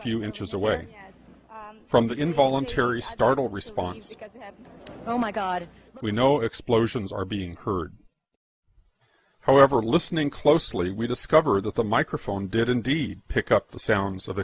few inches away from the involuntary startle response oh my god we know explosions are being heard however listening closely we discover that the microphone did indeed pick up the sounds of